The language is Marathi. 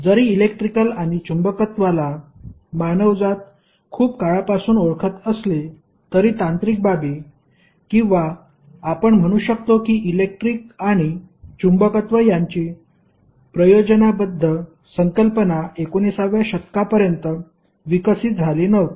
जरी इलेक्ट्रिकल आणि चुंबकत्वला मानवजात खुप काळापासून ओळखत असली तरी तांत्रिक बाबी किंवा आपण म्हणू शकतो की इलेक्ट्रिक आणि चुंबकत्व यांची प्रयोजनाबध्द संकल्पना 19 व्या शतकापर्यंत विकसित झाली नव्हती